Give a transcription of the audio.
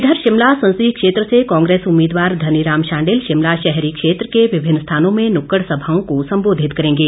इधर शिमला संसदीय क्षेत्र से कांग्रेस उम्मीदवार धनीराम शांडिल शिमला शहरी क्षेत्र के विमिन्न स्थानों में नुक्कड़ सभाओं को संबोधित करेंगे